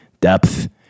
depth